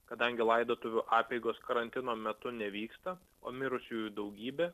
kadangi laidotuvių apeigos karantino metu nevyksta o mirusiųjų daugybė